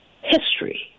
history